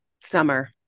Summer